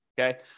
Okay